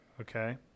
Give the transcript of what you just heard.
Okay